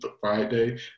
Friday